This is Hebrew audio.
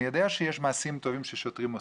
אני יודע שיש מעשים טובים שעושים שוטרים,